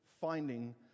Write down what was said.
finding